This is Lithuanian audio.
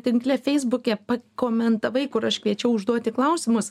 tinkle feisbuke pakomentavai kur aš kviečiau užduoti klausimus